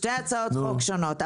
אלה שתי הצעות חוק שונות,